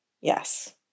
yes